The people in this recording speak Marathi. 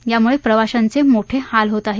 यामुळे प्रवाशांचे मोठे हाल होत आहेत